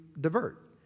divert